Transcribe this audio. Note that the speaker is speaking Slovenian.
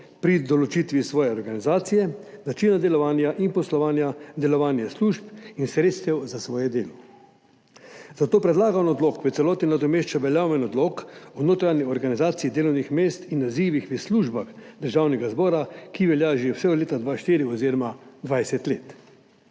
pri določitvi svoje organizacije, načina delovanja in poslovanja, delovanja služb in sredstev za svoje delo. Zato predlagani odlok v celoti nadomešča veljaven Odlok o notranji organizaciji delovnih mest in nazivih v službah državnega zbora, ki velja že vse od leta 2004 oziroma 20 let.